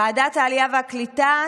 ועדת העלייה והקליטה,